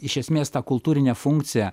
iš esmės tą kultūrinę funkciją